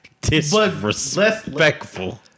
disrespectful